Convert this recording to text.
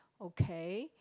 okay